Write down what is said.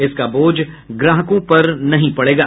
इसका बोझ ग्राहकों पर नहीं पड़ेगा